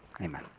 amen